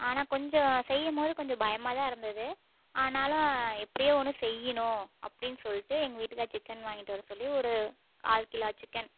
ஆனால் கொஞ்சம் செய்யும்போது கொஞ்சம் பயமாக தான் இருந்தது ஆனாலும் எப்படியோ ஒன்று செய்யணும் அப்படின்னு சொல்லிட்டு எங்கள் வீட்டுக்காரை சிக்கன் வாங்கிட்டு வர சொல்லி ஒரு கால் கிலோ சிக்கன்